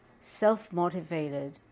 self-motivated